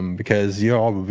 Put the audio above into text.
um because you all